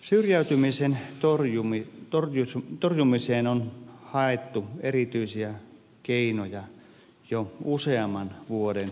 syrjäytymisen torjumiseen on haettu erityisiä keinoja jo useamman vuoden ajan